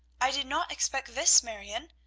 i did not expect this, marion!